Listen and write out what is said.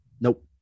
nope